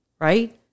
Right